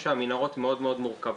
יש שם מנהרות מאוד מורכבות.